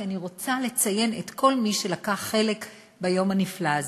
כי אני רוצה לציין את כל מי שלקח חלק ביום הנפלא הזה: